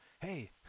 Hey